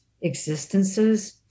existences